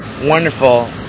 wonderful